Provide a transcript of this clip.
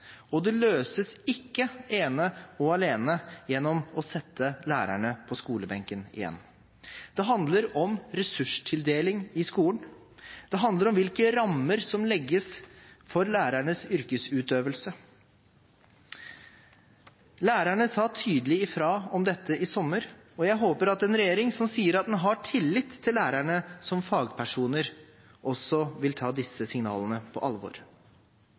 og det løses ikke ene og alene gjennom å sette lærerne på skolebenken igjen. Det handler om ressurstildeling i skolen, det handler om hvilke rammer som legges for lærernes yrkesutøvelse. Lærerne sa tydelig fra om dette i sommer, og jeg håper at en regjering som sier at den har tillit til lærerne som fagpersoner, også vil ta disse signalene på alvor.